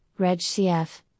regcf